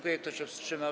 Kto się wstrzymał?